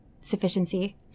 sufficiency